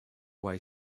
way